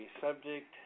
subject